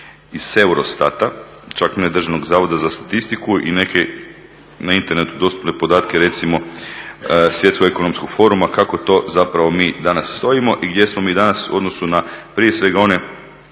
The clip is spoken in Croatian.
iz Eurostata, čak ne Državnog zavoda za statistiku i neke na internetu dostupne podatke, recimo svjetskog ekonomskog foruma kako to zapravo mi danas stojimo i gdje smo mi danas u odnosu na prije svega one